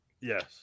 Yes